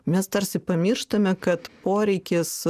mes tarsi pamirštame kad poreikis